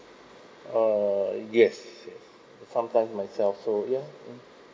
ah yes yes sometimes myself so yeah mm